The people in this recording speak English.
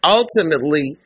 ultimately